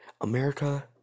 America